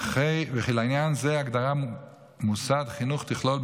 וכי לעניין זה הגדרת מוסד חינוך תכלול,